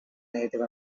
native